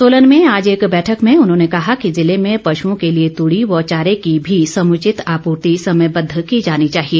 सोलन में आज एक बैठक में उन्होंने कहा कि जिले में पशुओं के लिए तुड़ी व चारे की भी समुचित आपूर्ति समयवद्व की जानी चाहिए